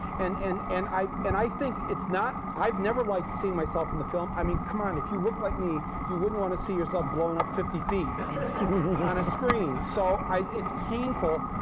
and and and i and i think it's not i've never liked seeing myself in the film. i mean, come on, if you look like me, you wouldn't want to see yourself blown up fifty feet on a screen. so it's painful.